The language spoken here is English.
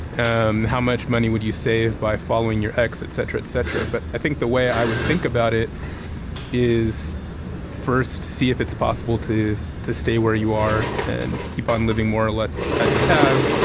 um how much money would you save by following your ex et cetera et cetera. but i think the way i would think about it is first see if it's possible to to stay where you are and keep on living more or less as you have.